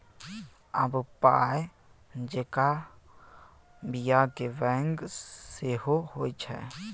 आब पाय जेंका बियाक बैंक सेहो होए छै